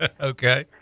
Okay